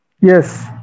Yes